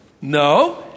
No